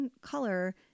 color